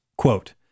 Quote